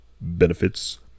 benefits